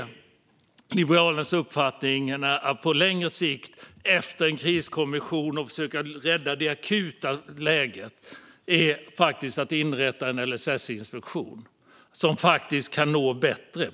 Liberalernas uppfattning är att vi på längre sikt, efter en kriskommission för att försöka rädda det akuta läget, behöver inrätta en LSS-inspektion som faktiskt kan nå längre.